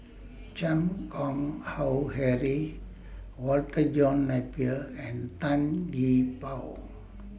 Chan Keng Howe Harry Walter John Napier and Tan Gee Paw